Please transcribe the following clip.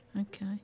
Okay